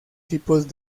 tipos